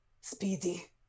Speedy